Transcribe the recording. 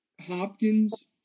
Hopkins